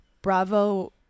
bravo